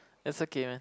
it's okay man